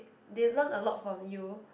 they learn a lot from you